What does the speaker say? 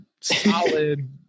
solid